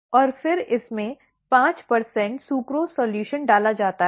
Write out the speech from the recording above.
और फिर इसमें 5 सुक्रोज सॉल्यूशन डाला जाता है